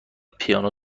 پیانو